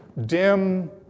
dim